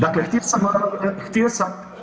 Dakle, htio sam.